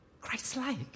Christ-like